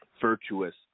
virtuous